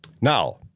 Now